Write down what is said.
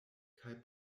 kaj